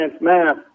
math